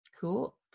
Cool